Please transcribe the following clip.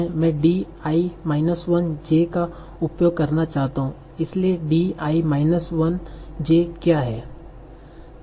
मैं D i minus 1 j का उपयोग करना चाहता हूं इसलिए D i माइनस 1 j क्या है